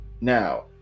Now